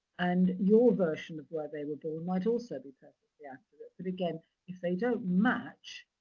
and your version of where they were born might also be perfectly accurate. but again, if they don't match,